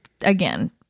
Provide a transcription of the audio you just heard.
again